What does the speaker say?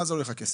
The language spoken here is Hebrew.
מה זה עולה כסף?